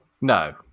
No